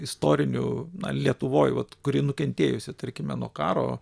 istorinių lietuvoj vat kuri nukentėjusi tarkime nuo karo